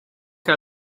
que